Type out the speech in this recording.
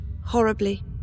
horribly